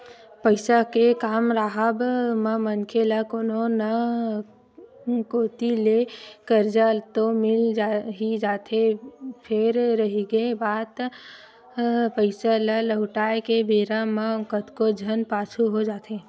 पइसा के काम राहब म मनखे ल कोनो न कोती ले करजा तो मिल ही जाथे फेर रहिगे बात पइसा ल लहुटाय के बेरा म कतको झन पाछू हो जाथे